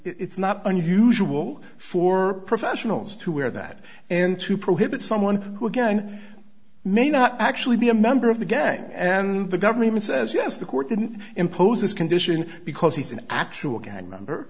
it's not unusual for professionals to wear that and to prohibit someone who again may not actually be a member of the gang and the government says yes the court can impose this condition because he's an actual gang member